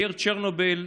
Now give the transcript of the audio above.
בעיר צ'רנוביל,